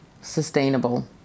sustainable